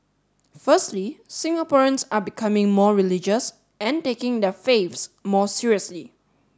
firstly Singaporeans are becoming more religious and taking their faiths more seriously